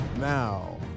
Now